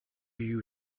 you